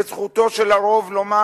וזכותו של הרוב לומר: